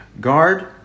Guard